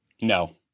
No